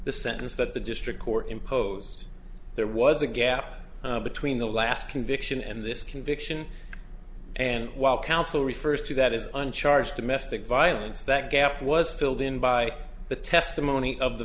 the sentence that the district court imposed there was a gap between the last conviction and this conviction and while counsel refers to that as uncharged domestic violence that gap was filled in by the testimony of the